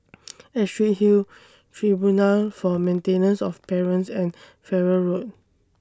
Astrid Hill Tribunal For Maintenance of Parents and Farrer Road